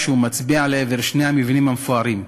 כשהוא מצביע לעבר שני המבנים המפוארים: